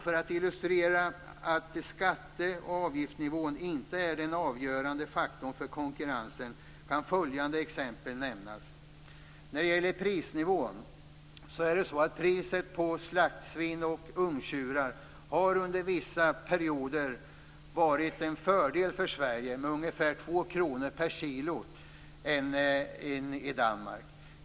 För att illustrera att skatteoch avgiftsnivån inte är den avgörande faktorn för konkurrensen kan följande exempel nämnas: När det gäller prisnivån kan man säga att priset på slaktsvin och ungtjurar under vissa perioder har varit en fördel för Sverige. Det har legat ungefär 2 kr per kilo högre än i Danmark.